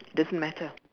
doesn't matter